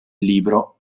libro